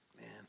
Man